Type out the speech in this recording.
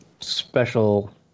special